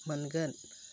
मोनगोन